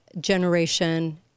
generation